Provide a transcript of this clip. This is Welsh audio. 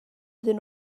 iddyn